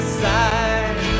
side